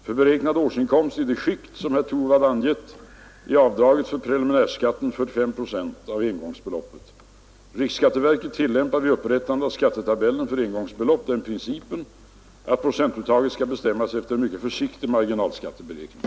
För beräknad årsinkomst i det skikt som herr Torwald angett är avdraget för preliminär skatt 45 procent av engångsbeloppet. Riksskatteverket tillämpar vid upprättandet av skattetabellen för engångsbelopp den principen att procentuttaget skall bestämmas efter en mycket försiktig marginalskatteberäkning.